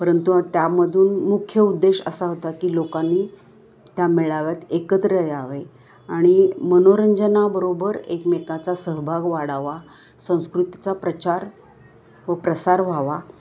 परंतु त्यामधून मुख्य उद्देश असा होता की लोकांनी त्या मेळाव्यात एकत्र यावे आणि मनोरंजनाबरोबर एकमेकाचा सहभाग वाढावा संस्कृतीचा प्रचार व प्रसार व्हावा